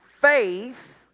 Faith